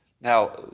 Now